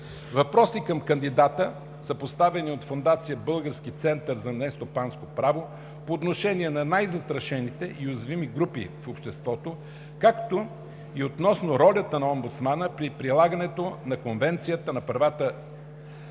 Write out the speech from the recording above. Въпроси към кандидата са поставени от Фондация „Български център за нестопанско право“ по отношение на най-застрашените и уязвими групи в обществото, както и относно ролята на омбудсмана при прилагането на Конвенцията за правата на